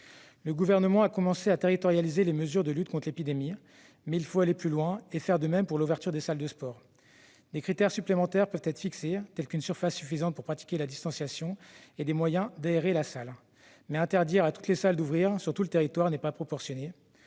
Le Gouvernement a commencé à territorialiser les mesures de lutte contre l'épidémie, mais il faut aller plus loin et faire de même pour l'ouverture des salles de sport. Des critères supplémentaires peuvent être fixés, tels qu'une surface suffisante pour pratiquer la distanciation et des moyens d'aérer la salle. Interdire à toutes les salles d'ouvrir sur tout le territoire n'est pas proportionné.